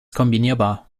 kombinierbar